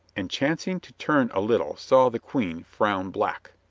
and, chancing to turn a little, saw the queen frown black.